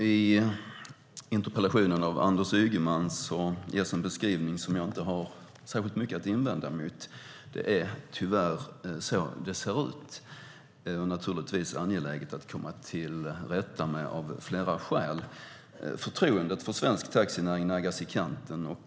Herr talman! I Anders Ygemans interpellation ges en beskrivning som jag inte har särskilt mycket att invända mot. Det är tyvärr så det ser ut, och det är naturligtvis angeläget att komma till rätta med det av flera skäl. Förtroendet för svensk taxinäring naggas i kanten.